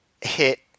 hit